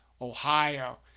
Ohio